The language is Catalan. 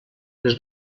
les